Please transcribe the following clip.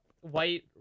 White